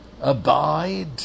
Abide